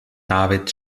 david